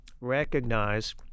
recognize